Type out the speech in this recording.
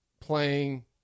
playing